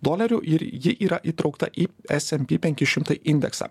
dolerių ir ji yra įtraukta į smp penki šimtai indeksą